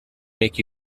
make